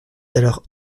alors